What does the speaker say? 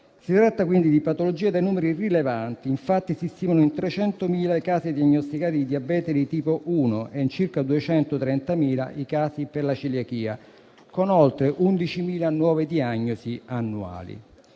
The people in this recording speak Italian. Si tratta di patologie dai numeri rilevanti: infatti si stimano in 300.000 i casi diagnosticati di diabete di tipo 1 e in circa 230.000 i casi di celiachia, con circa 11.000 nuove diagnosi annuali.